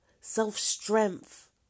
self-strength